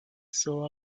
saw